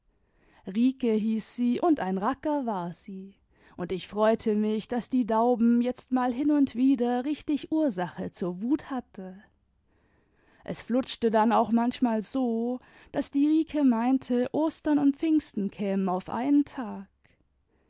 rike hieß sie und ein racker war sie und ich freute mich daß die dauben jetzt mal hin und wieder richtig ursache zur wut hatte es fluschte dann auch manchmal so daß die rike meitite ostern imd pfingsten kämen auf einen tag